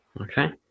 okay